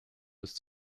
bis